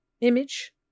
image